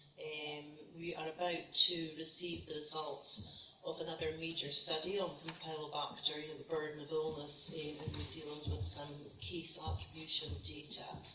and we to receive the results of another major study on campylobacter, you know the burden of illness in new zealand with some case attribution data.